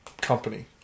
company